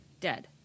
Dead